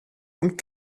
und